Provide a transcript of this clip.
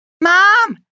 Mom